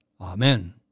Amen